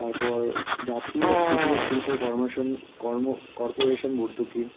তারপর জাতীয় ক্ষুদ্র শিল্প কর্মেশন কর্ম কর্পোরেশন ভর্তুকি